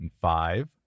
Five